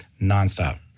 Nonstop